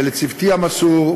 ולצוותי המסור,